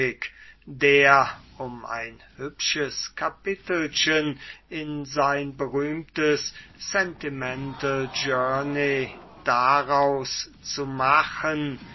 der um ein hübsches kapitelchen in sein berühmtes sentimental journey daraus zu machen